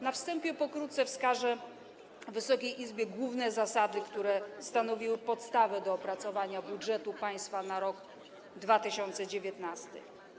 Na wstępie pokrótce wskażę Wysokiej Izbie główne zasady, które stanowiły podstawę do opracowania budżetu państwa na rok 2019.